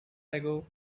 ago